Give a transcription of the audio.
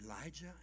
Elijah